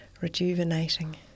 rejuvenating